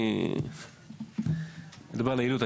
אני מדבר על היעילות,